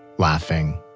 laughing,